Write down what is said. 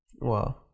Wow